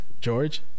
george